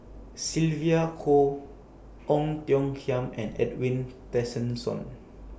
Sylvia Kho Ong Tiong Khiam and Edwin Tessensohn